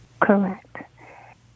Correct